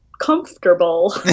comfortable